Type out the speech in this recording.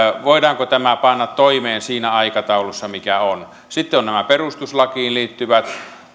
voidaanko tämä panna toimeen siinä aikataulussa mikä on sitten ovat nämä perustuslakiin liittyvät